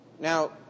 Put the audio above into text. Now